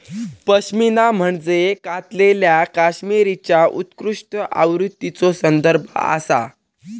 पश्मिना म्हणजे कातलेल्या कश्मीरीच्या उत्कृष्ट आवृत्तीचो संदर्भ आसा